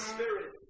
Spirit